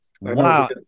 wow